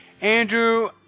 Andrew